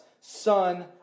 son